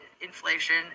inflation